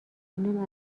اونم